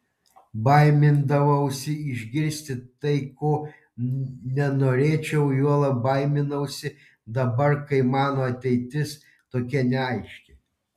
baimindavausi išgirsti tai ko nenorėčiau juolab baiminausi dabar kai mano ateitis tokia neaiški